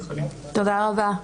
תודה רבה,